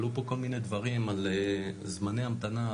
עלו פה כל מיני דברים על זמני המתנה,